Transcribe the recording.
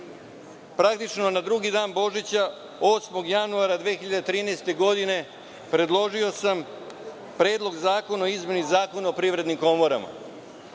praktično na drugi dan Božića, 8. januara 2013. godine, predložio Predlog zakona o izmeni Zakona o privrednim komorama,